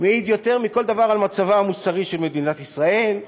מעיד יותר מכל דבר על מצבה המוסרי של מדינת ישראל.